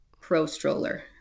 pro-stroller